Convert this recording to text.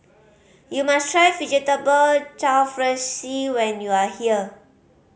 you must try Vegetable Jalfrezi when you are here